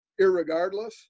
irregardless